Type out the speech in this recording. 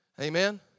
Amen